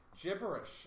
gibberish